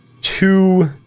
two